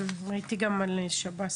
ראיתי גם על שב"ס.